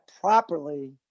properly